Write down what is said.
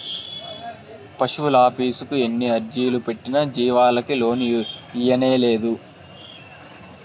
పశువులాఫీసుకి ఎన్ని అర్జీలు పెట్టినా జీవాలకి లోను ఇయ్యనేలేదు